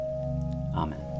Amen